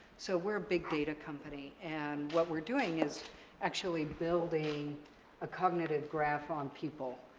so, we're a big data company, and what we're doing is actually building a cognitive graph on people.